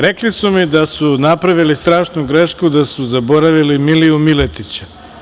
Rekli su mi da su napravili strašnu grešku, da su zaboravili Miliju Miletića.